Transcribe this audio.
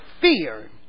fear